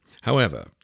However